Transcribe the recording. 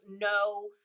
no